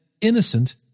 innocent